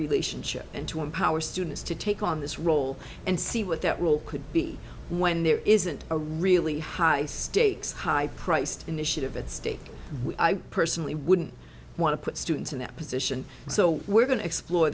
relationship and to empower students to take on this role and see what that role could be when there isn't a really high stakes high priced initiative at stake i personally wouldn't want to put students in that position so we're going to explore